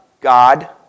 God